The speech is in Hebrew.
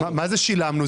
מה זה "שילמנו"?